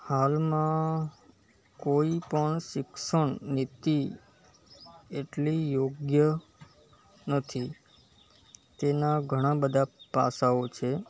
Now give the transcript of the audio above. હાલમાં કોઈપણ શિક્ષણનીતિ એટલી યોગ્ય નથી તેનાં ઘણાં બધા પાસાઓ છે